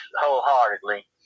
wholeheartedly